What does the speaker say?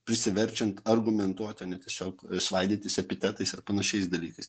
prisiverčiant argumentuoti o ne tiesiog svaidytis epitetais ir panašiais dalykais